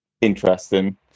interesting